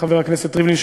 חבר הכנסת ריבלין,